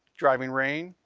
driving rain,